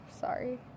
Sorry